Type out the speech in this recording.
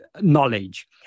knowledge